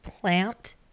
plant